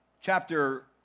chapter